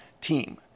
team